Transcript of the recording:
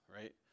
right